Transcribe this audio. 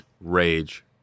Rage